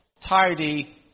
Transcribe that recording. tidy